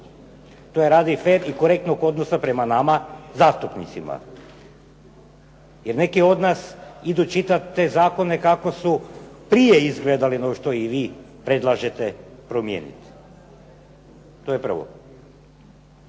To je radi fer i korektnog odnosa prema nama zastupnicima. Jer neki od nas idu čitati te zakone kako su prije izgledali nego što ih vi predlažete promijeniti. To je prvo.